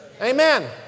Amen